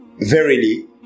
Verily